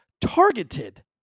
targeted